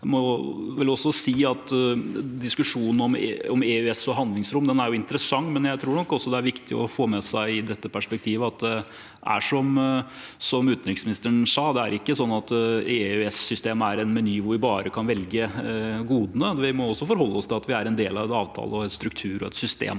apr. – Ordinær spørretime 3153 en om EØS og handlingsrom er interessant, men jeg tror nok også det er viktig å få med seg i dette perspektivet at det, som utenriksministeren sa, ikke er sånn at EØS-systemet er en meny hvor man bare kan velge godene. Vi må også forholde oss til at vi er en del av en avtale, en struktur og et system,